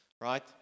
right